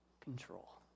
control